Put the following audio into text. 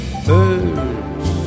birds